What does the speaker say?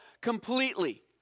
Completely